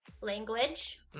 language